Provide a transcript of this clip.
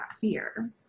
fear